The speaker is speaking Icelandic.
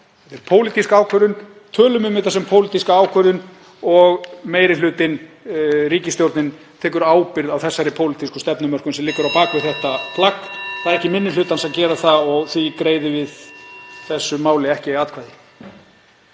er pólitísk ákvörðun, tölum um þetta sem pólitíska ákvörðun og meiri hlutinn, ríkisstjórnin tekur ábyrgð á þeirri pólitísku stefnumörkun sem liggur á bak við þetta plagg. Það er ekki minni hlutans að gera það og því greiðum við þessu máli ekki atkvæði.